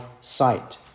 sight